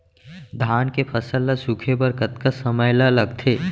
धान के फसल ल सूखे बर कतका समय ल लगथे?